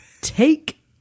Take